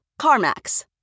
CarMax